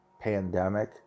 pandemic